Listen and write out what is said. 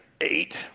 eight